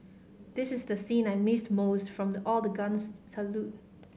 this is the scene I missed most from the all the guns salute